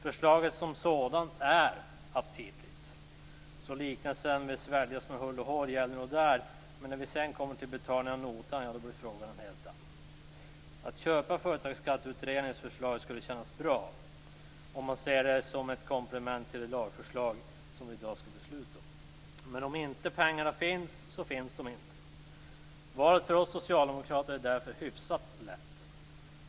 Förslaget som sådant är aptitligt, så liknelsen vid att svälja med hull och hår gäller nog. Men när vi sedan kommer till betalningen av notan - då blir frågan en helt annan. Att köpa Företagsskatteutredningens förslag skulle kännas bra, om man ser det som ett komplement till de lagförslag som vi i dag skall besluta om. Men om inte pengarna finns, så finns de inte. Valet för oss socialdemokrater är därför hyfsat lätt.